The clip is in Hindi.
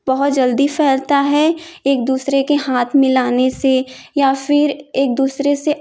बहुत जल्दी फैलता है एक दूसरे के हाथ मिलाने से या फिर एक दूसरे से